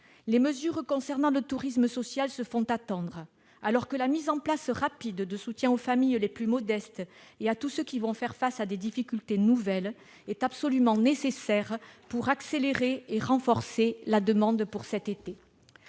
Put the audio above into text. Les mesures concernant le tourisme social se font attendre, alors que la mise en oeuvre rapide d'un soutien aux familles les plus modestes et à tous ceux qui vont faire face à des difficultés nouvelles est absolument nécessaire pour accélérer et renforcer la demande pour cet été.